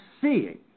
seeing